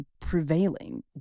prevailing